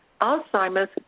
Alzheimer's